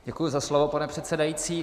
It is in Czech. Děkuji za slovo, pane předsedající.